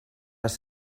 les